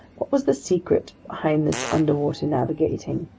what was the secret behind this underwater navigating,